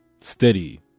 steady